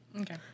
Okay